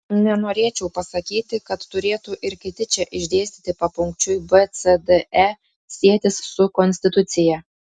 nenorėčiau pasakyti kad turėtų ir kiti čia išdėstyti papunkčiui b c d e sietis su konstitucija